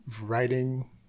writing